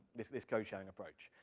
this this code sharing approach.